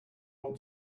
want